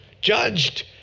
Judged